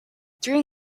during